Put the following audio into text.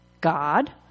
God